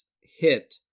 hit